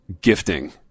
gifting